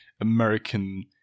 American